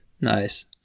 Nice